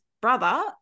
brother